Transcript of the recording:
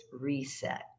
reset